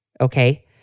okay